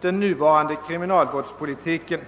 den nuvarande kriminalvårdspolitiken.